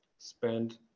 spend